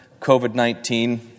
COVID-19